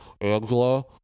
Angela